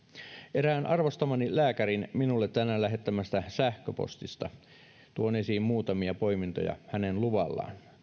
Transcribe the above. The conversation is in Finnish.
erään arvostamani lääkärin minulle tänään lähettämästä sähköpostista tuon esiin muutamia poimintoja hänen luvallaan